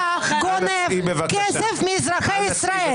אתה גונב כסף מאזרחי ישראל.